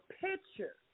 picture